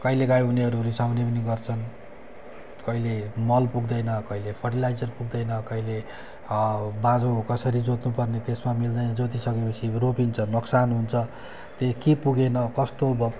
कहिले काहीँ उनीहरू रिसाउने पनि गर्छन् कहिले मल पुग्दैन कहिले फर्टिलाइजर पुग्दैन कहिले बाँझो कसरी जोत्नुपर्ने त्यसमा मिल्दैन जोतिसक्योपछि रोपिन्छ नोक्सान हुन्छ ते के पुगेन कस्तो भयो